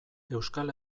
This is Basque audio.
euskal